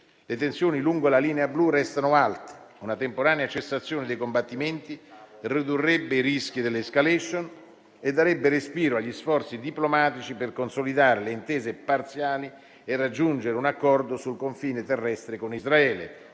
Le tensioni lungo la Linea blu restano alte; una temporanea cessazione dei combattimenti ridurrebbe i rischi dell'*escalation* e darebbe respiro agli sforzi diplomatici per consolidare le intese parziali e raggiungere un accordo sul confine terrestre con Israele,